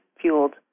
fueled